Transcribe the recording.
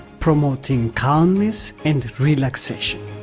promoting calmness and relaxation,